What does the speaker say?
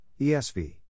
ESV